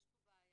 יש פה בעיה,